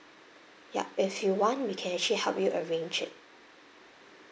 yup if you want we can actually help you arranged it